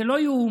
זה לא ייאמן.